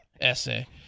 Essay